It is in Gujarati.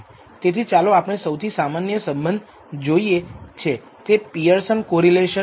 તેથી ચાલો આપણે સૌથી સામાન્ય સ સંબંધ જોઈએ તે છે પીઅરસન કોરિલેશન